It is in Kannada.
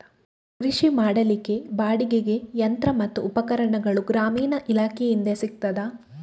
ಕೃಷಿ ಮಾಡಲಿಕ್ಕೆ ಬಾಡಿಗೆಗೆ ಯಂತ್ರ ಮತ್ತು ಉಪಕರಣಗಳು ಗ್ರಾಮೀಣ ಇಲಾಖೆಯಿಂದ ಸಿಗುತ್ತದಾ?